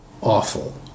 awful